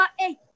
eight